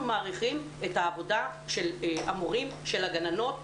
אנחנו מעריכים את העבודה של המורים והגננות.